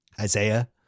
Isaiah